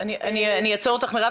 אני אעצור אותך, מירב.